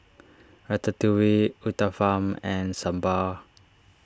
Ratatouille Uthapam and Sambar